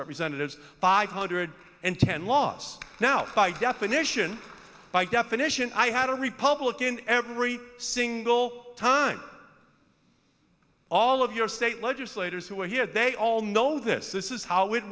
representatives five hundred and ten loss now by definition by definition i had a republican every single time all of your state legislators who were here they all know this this is how it